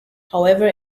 however